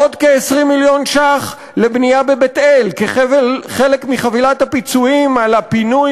עוד כ-20 מיליון ש"ח לבנייה בבית-אל כחלק מחבילת הפיצויים על הפינוי